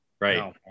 right